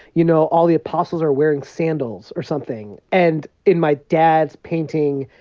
you know, all the apostles are wearing sandals or something. and in my dad's painting,